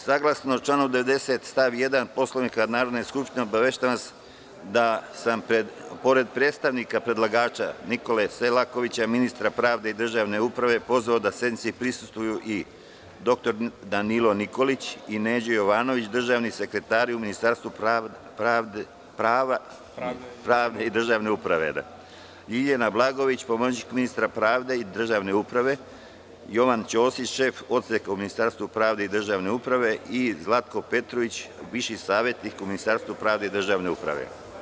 Saglasno članu 90. stav 1. Poslovnika Narodne skupštine, obaveštavam vas da sam, pored predstavnika predlagača Nikole Selakovića, ministra pravde i državne uprave, pozvao da sednici prisustvuju i: dr Danilo Nikolić i Neđo Jovanović, državni sekretari u Ministarstvu pravde i državne uprave; Ljiljana Blagojević, pomoćnik ministra pravde i državne uprave; Jovan Ćosić, šef Odseka u Ministarstvu pravde i državne uprave i Zlatko Petrović, viši savetnik u Ministarstvu pravde i državne uprave.